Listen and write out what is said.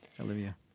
Olivia